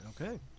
Okay